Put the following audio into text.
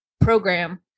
program